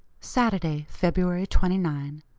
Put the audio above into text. saturday, feb. twenty nine.